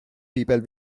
people